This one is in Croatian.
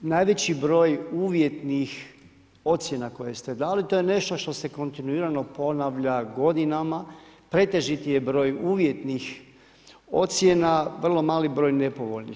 Najveći broj uvjetnih ocjena koje ste dali, to je nešto što se kontinuirano ponavlja godinama, pretežiti je broj uvjetnih ocjena, vrlo mali broj nepovoljnih.